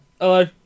Hello